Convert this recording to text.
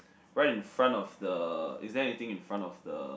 right in front of the is there anything in front of the